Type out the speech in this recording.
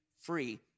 free